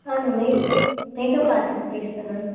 ஆ நான் makeup artist பேசுகிறேன் ma'am